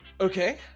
Okay